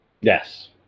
Yes